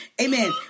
Amen